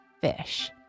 fish